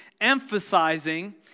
emphasizing